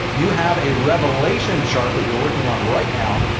you have a revelation chart that you're working on right now.